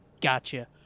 gotcha